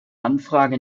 anfrage